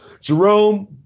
Jerome